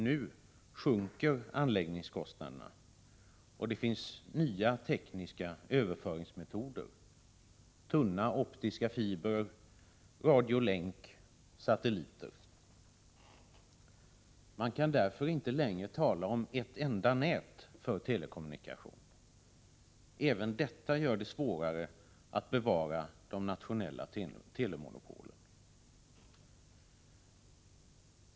Nu sjunker anläggningskostnaderna, och det finns nya tekniska överföringsmetoder: tunna optiska fibrer, radiolänk, satelliter. Man kan därför inte längre tala om ett enda nät för telekommunikation. Även detta gör det svårare att bevara de nationella telemonopolen.